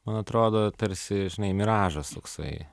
man atrodo tarsi miražas toksai